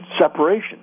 separation